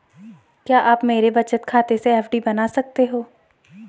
क्या आप मेरे बचत खाते से एफ.डी बना सकते हो?